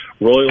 royal